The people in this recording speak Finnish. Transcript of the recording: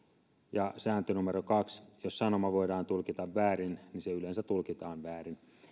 ja sääntö numero kaksi jos sanoma voidaan tulkita väärin niin se yleensä tulkitaan väärin